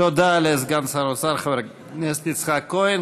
תודה לסגן שר האוצר חבר הכנסת יצחק כהן.